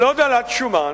לא דלת שומן,